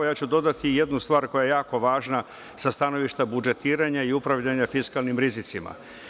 Ja ću dodati jednu stvar koja je jako važna sa stanovišta budžetiranja i upravljanja fiskalnim rizicima.